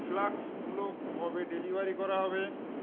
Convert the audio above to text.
ফ্লাস্কগুলো কবে ডেলিভারি করা হবে